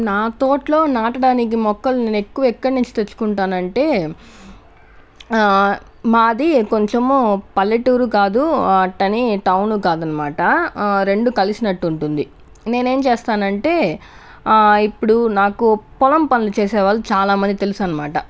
నా తోట్లో నాటడానికి మొక్కల్ని నేనెక్కువ ఎక్కడ్నించి తెచ్చుకుంటానంటే ఆ మాది కొంచము పల్లెటూరూ కాదు అట్టని టౌనూ కాదన్మాట రెండు కలసినటుంటుంది నేనేం చేస్తానంటే ఇప్పుడు నాకు పొలం పనులు చేసే వాళ్ళు చాలా మంది తెలుసన్మాట